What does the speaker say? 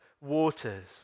waters